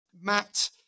Matt